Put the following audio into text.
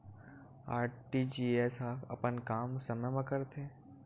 RTGS ह अपन काम समय मा करथे?